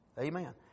Amen